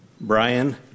Brian